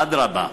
אדרבה,